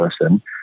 person